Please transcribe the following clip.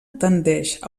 tendeix